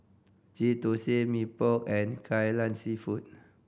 Ghee Thosai Mee Pok and Kai Lan Seafood